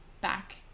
back